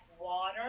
water